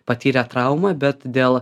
patyrę traumą bet dėl